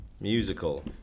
Musical